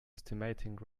estimating